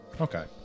Okay